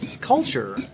culture